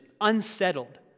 unsettled